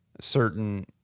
certain